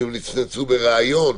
אם הם נצנצו בראיון,